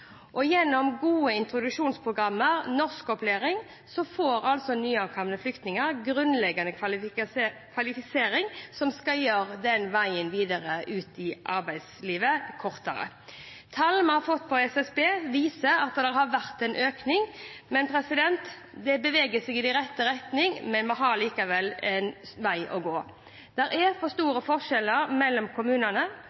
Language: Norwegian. arbeidslivet. Gjennom gode introduksjonsprogrammer og norskopplæring får nyankomne flyktninger grunnleggende kvalifisering som skal gjøre veien videre ut i arbeidslivet kortere. Tall vi har fått fra SSB, viser at det har vært en økning. Vi beveger oss i riktig retning, men vi har likevel en vei å gå. Det er for